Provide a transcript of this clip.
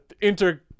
inter